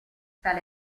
tale